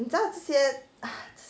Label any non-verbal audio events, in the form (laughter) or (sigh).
你知道这些 (noise)